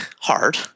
hard